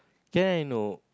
can I know